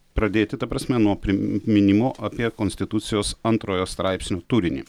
pradėti ta prasme nuo priminimo apie konstitucijos antrojo straipsnio turinį